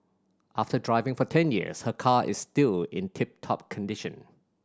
after driving for ten years her car is still in tip top condition